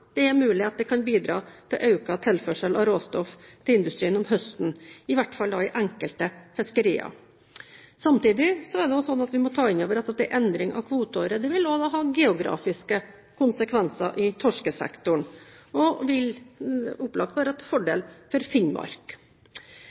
det er mulig at det kan bidra til økt tilførsel av råstoff til industrien om høsten, i hvert fall i enkelte fiskerier. Samtidig må vi ta inn over oss at en endring av kvoteåret også vil ha geografiske konsekvenser innen torskesektoren, og vil opplagt være til fordel for Finnmark.